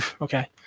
Okay